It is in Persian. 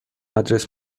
آدرس